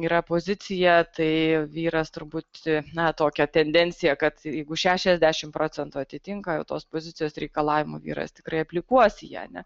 yra pozicija tai vyras turbūt na tokia tendencija kad jeigu šešiasdešimt procentų atitinka tos pozicijos reikalavimų vyras tikrai aplikuos į ją